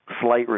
slight